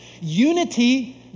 Unity